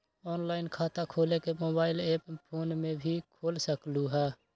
Online खाता खोले के मोबाइल ऐप फोन में भी खोल सकलहु ह?